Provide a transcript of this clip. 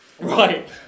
Right